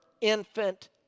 infant